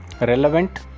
relevant